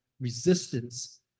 resistance